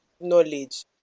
knowledge